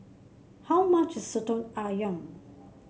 how much Soto ayam